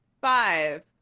five